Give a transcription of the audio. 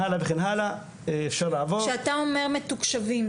כשאתה אומר מתוקשבים,